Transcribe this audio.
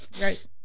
right